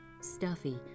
Stuffy